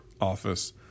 office